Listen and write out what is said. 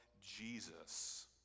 Jesus